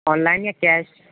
on line یا cash